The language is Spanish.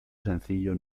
sencillo